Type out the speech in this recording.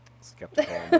Skeptical